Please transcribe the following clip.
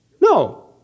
No